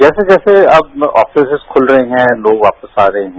जैसे जैसे अब आफिसेज खुल रहे हैं लोग आफिस आ रहे हैं